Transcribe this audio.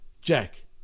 Jack